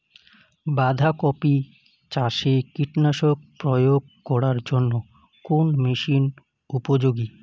বাঁধা কপি চাষে কীটনাশক প্রয়োগ করার জন্য কোন মেশিন উপযোগী?